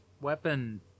weapon